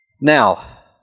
Now